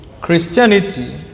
Christianity